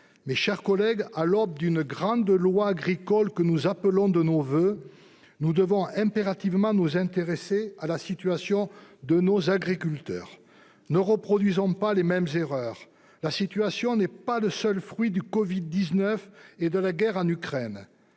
Mes chers collègues, à la veille d'une grande loi agricole que nous appelons de nos voeux, nous devons impérativement nous intéresser à la situation de nos agriculteurs. Ne reproduisons pas les mêmes erreurs ! La situation n'est pas le seul fruit de la covid-19 ni de la guerre en Ukraine.